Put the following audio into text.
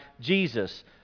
Jesus